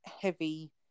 heavy